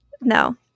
No